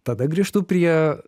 tada grįžtu prie